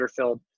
underfilled